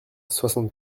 soixante